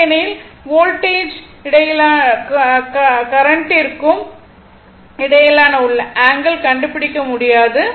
இல்லையெனில் வோல்டேஜ் இடையிலான கோகரண்ட்டிற்கும் இடையே உள்ள ஆங்கிள் கண்டுபிடிக்க முடியாது